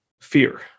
fear